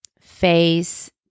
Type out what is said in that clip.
face